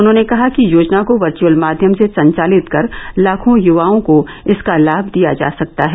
उन्होंने कहा कि योजना को वर्चअल माध्यम से संचालित कर लाखों युवाओं को इसका लाभ दिया जा सकता है